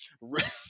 right